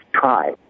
try